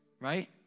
Right